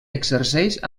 exerceix